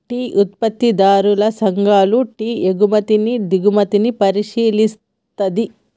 tea ఉత్పత్తిదారుల సంఘాలు tea ఎగుమతుల్ని దిగుమతుల్ని పరిశీలిస్తది